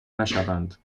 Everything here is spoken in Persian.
نشوند